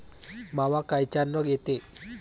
मावा कायच्यानं येते?